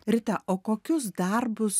rita o kokius darbus